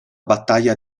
battaglia